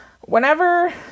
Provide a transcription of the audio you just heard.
whenever